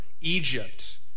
Egypt